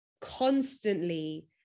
constantly